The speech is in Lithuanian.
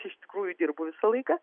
iš tikrųjų dirbu visą laiką